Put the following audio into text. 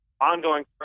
Ongoing